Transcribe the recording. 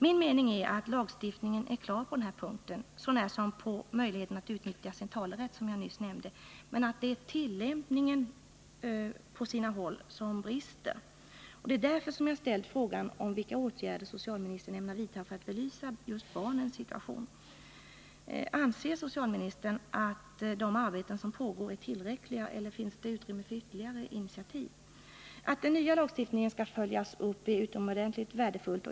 Min mening är att lagstiftningen är klar på den här punkten — så när som på möjligheten att utnyttja sin talerätt, som jag nyss nämnde — men att tillämpningen på sina håll brister. Det är därför som jag ställt frågan om vilka åtgärder socialministern ämnar vidta för att belysa barnens situation. Anser socialministern att de arbeten som pågår är tillräckliga eller finns det utrymme för ytterligare initiativ? Att den nya lagstiftningen skall följas upp är utomordentligt värdefullt.